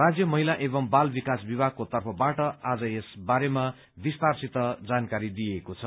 राज्य महिला एवं बाल विकास विभागको तर्फबाट आज यस बारेमा विस्तारसित जानकारी दिइएको छ